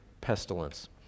pestilence